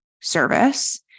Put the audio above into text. service